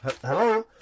hello